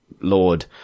Lord